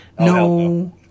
no